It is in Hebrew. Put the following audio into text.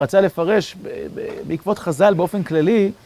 רצה לפרש בעקבות חז"ל, באופן כללי...